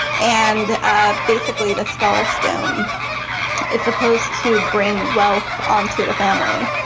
and ah basically the scholars down it's supposed to bring wealth um to the family